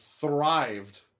thrived